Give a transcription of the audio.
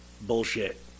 bullshit